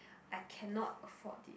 I cannot afford this